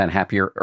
Happier